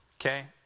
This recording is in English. Okay